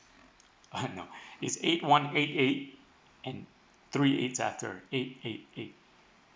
uh no it's eight one eight eight three eight after eight eight eight